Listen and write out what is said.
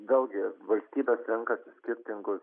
vėl gi valstybės renkasi skirtingus